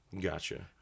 Gotcha